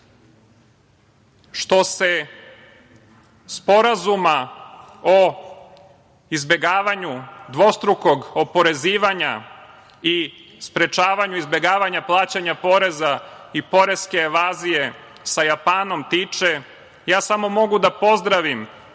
se Sporazuma o izbegavanju dvostrukog oporezivanja i sprečavanju izbegavanja plaćanja poreza i poreske evazije sa Japanom tiče, ja samo mogu da pozdravim